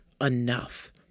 enough